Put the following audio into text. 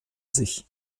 sich